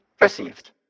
received